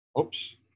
Oops